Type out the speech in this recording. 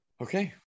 Okay